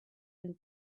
and